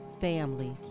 family